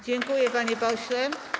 Dziękuję, panie pośle.